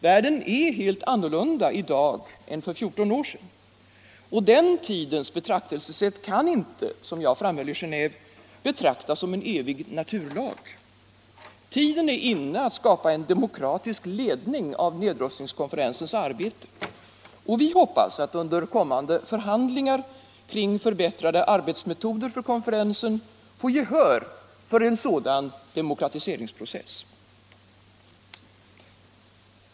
Världen är helt annorlunda i dag än för fjorton år sedan, och den tidens betraktelsesätt kan inte, som jag framhöll i Genéve, betraktas som en evig naturlag. Tiden är inne för att skapa en demokratisk ledning av nedrustningskonferensens arbete, och vi hoppas att under kommande förhandlingar kring förbättrade arbetsmetoder för konferensen få gehör för en sådan demokratiscringsprocess.